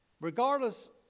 Regardless